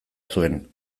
zuen